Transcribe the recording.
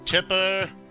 Tipper